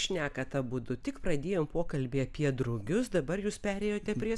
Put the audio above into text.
šnekat abudu tik pradėjome pokalbį apie drugius dabar jūs perėjote prie